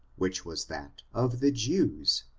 which was that of the jews.